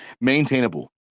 maintainable